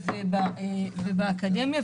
ובאקדמיה,